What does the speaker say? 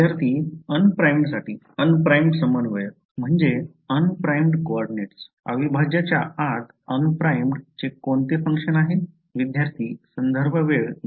विद्यार्थी un primed Un primed समन्वय अविभाज्यच्या आत un primed चे कोणते फंक्शन आहे